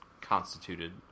constituted